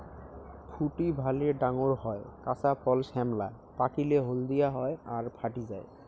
ফুটি ভালে ডাঙর হয়, কাঁচা ফল শ্যামলা, পাকিলে হলদিয়া হয় আর ফাটি যায়